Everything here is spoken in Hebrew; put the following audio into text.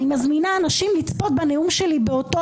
אני מזמינה אנשים לצפות בנאום שלי באותו